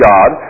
God